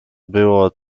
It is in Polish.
było